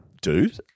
Dude